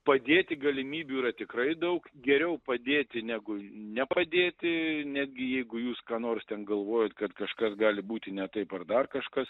padėti galimybių yra tikrai daug geriau padėti negu nepradėti netgi jeigu jūs ką nors ten galvojat kad kažkas gali būti ne taip ar dar kažkas